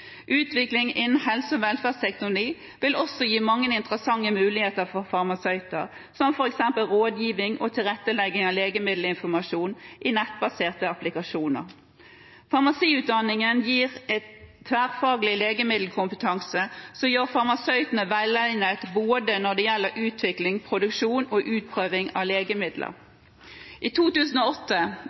Utvikling innen helse- og velferdsteknologi vil også gi mange interessante muligheter for farmasøyter, som f.eks. rådgivning og tilrettelegging av legemiddelinformasjon i nettbaserte applikasjoner. Farmasiutdanningen gir en tverrfaglig legemiddelkompetanse som gjør farmasøytene velegnet når det gjelder både utvikling, produksjon og utprøving av legemidler. I 2008